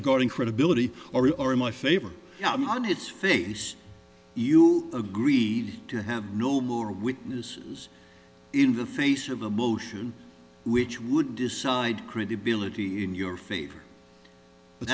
regarding credibility or in my favor on its face you agreed to have no more witnesses in the face of a motion which would decide credibility in your favor but